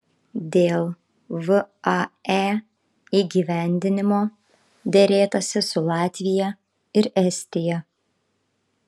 dėl vae įgyvendinimo derėtasi su latvija ir estija